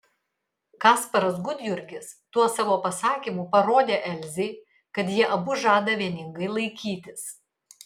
kasparas gudjurgis tuo savo pasakymu parodė elzei kad jie abu žada vieningai laikytis